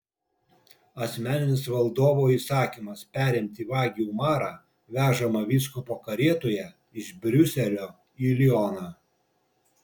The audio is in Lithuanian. asmeninis valdovo įsakymas perimti vagį umarą vežamą vyskupo karietoje iš briuselio į lioną